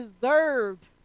deserved